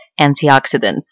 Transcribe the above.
antioxidants